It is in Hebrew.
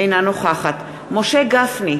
אינה נוכחת משה גפני,